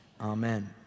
Amen